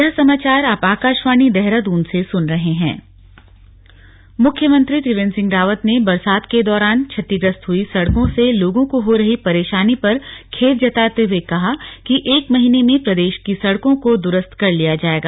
slug CM के निर्देश मुख्यमंत्री त्रिवेन्द्र सिंह रावत ने बरसात के दौरान क्षतिग्रस्त हुई सड़कों से लोगों को हो रही परेशानी पर खेद जताते हुए कहा है कि एक महीने में प्रदेश की सड़कों को दुरूस्त कर लिया जायेगा